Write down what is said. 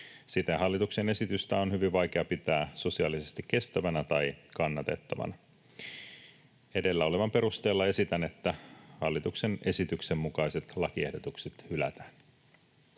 Siten hallituksen esitystä on hyvin vaikea pitää sosiaalisesti kestävänä tai kannatettavana. Edellä olevan perusteella esitän, että hallituksen esityksen mukaiset lakiehdotukset hylätään.